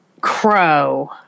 Crow